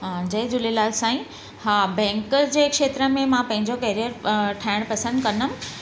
हा जय झूलेलाल साईं हा बैंक जे खेत्र में मां पंहिंजो केरियर अ ठाहिण पसंदि कंदमि